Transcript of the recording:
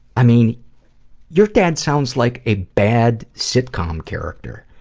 i mean your dad sounds like a bad sitcom character.